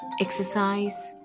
Exercise